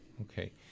okay